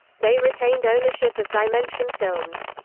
they retained ownership of dimension films.